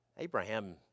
Abraham